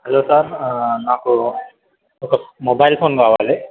hello sir నాకు ఒక mobile phone కావాలి